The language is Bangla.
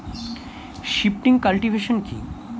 শিফটিং কাল্টিভেশন কি?